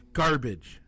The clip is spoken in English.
garbage